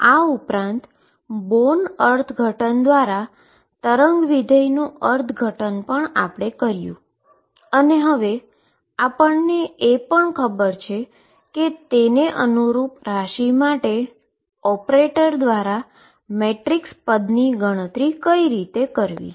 આ ઉપરાંત આપણે બોર્ન ઈન્ટરપ્રીટેશન દ્વારા વેવ ફંક્શનનું ઈન્ટરપ્રીટેશન પણ કર્યું અને હવે આપણને એ પણ ખબર છે કે તેને અનુરૂપ ક્વોંટીટી માટે ઓપરેટર દ્વાર મેટ્રિક્સ એલીમેન્ટ ની ગણતરી કેવી રીતે કરવી